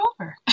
over